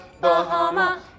Bahama